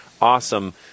awesome